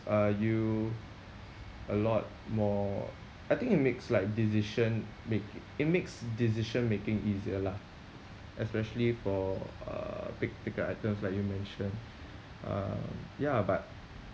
uh you a lot more I think it makes like decision-making it makes decision-making easier lah especially for uh big ticket items like you mentioned uh ya but